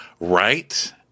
Right